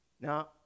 Now